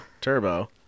turbo